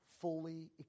fully